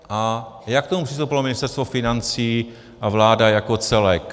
A jak k tomu přistoupilo Ministerstvo financí a vláda jako celek?